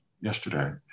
Yesterday